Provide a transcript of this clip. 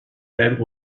ted